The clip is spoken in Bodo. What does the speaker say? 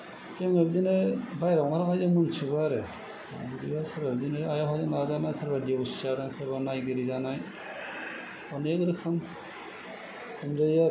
जोङो बिदिनो बायहेरायाव ओंखारो नालाय जों मिन्थिजोबो आरो बिदिबा सोरबा बिदिनो आइ आफाजों लाजानाय सोरबा देवसि जादों सोरबा नायगिरि जानाय अनेख रोखोम हमजायो आरो